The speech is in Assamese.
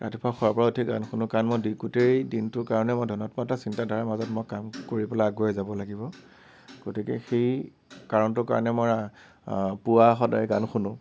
ৰাতিপুৱা সাৰ পাই উঠি গান শুনো কাৰণ মই গোটেই দিনটোৰ কাৰণে মই ধনাত্মক এটা চিন্তাধাৰাৰ মাজত মই কাম কৰিবলৈ আগুৱাই যাব লাগিব গতিকে সেই কাৰণটো কাৰণে মই পুৱা সদায় গান শুনো